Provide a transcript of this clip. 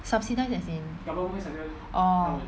subsidised as in orh